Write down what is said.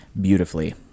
beautifully